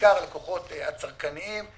בעיקר הלקוחות הצרכניים.